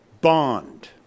Bond